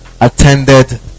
attended